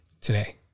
today